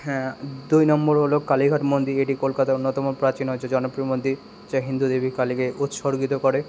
হ্যাঁ দুই নম্বর হলো কালীঘাট মন্দির এটি কলকাতার অন্যতম প্রাচীন হচ্ছে জনপ্রিয় মন্দির যা হিন্দু দেবী কালীকে উৎসর্গিত করে